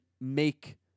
make